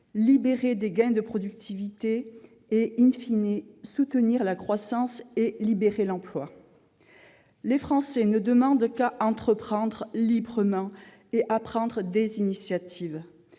dégagerait des gains de productivité et,, contribuerait à soutenir la croissance et à libérer l'emploi. Les Français ne demandent qu'à entreprendre librement et à prendre des initiatives,